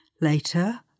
Later